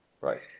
Right